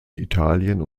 italien